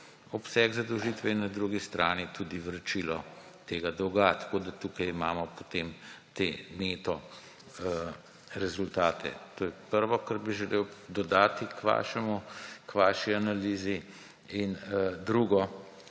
obseg zadolžitve in na drugi strani tudi vračilo tega dolga, tako da tukaj imamo potem te neto rezultate. To je prvo, kar bi želel dodati k vaši analizi. Drugo.